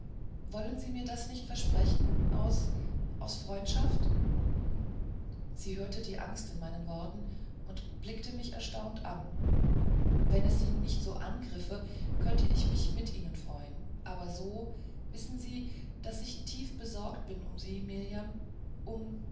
wollen sie mir das nicht versprechen aus aus freundschaft sie hörte die angst aus meinen worten und blickte mich erstaunt an wenn es sie nicht so angriffe könnte ich mich mit ihnen freuen aber so wissen sie daß ich tief besorgt bin um sie mirjam um